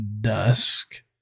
dusk